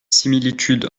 similitudes